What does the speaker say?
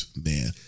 man